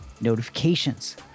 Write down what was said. notifications